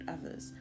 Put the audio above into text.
others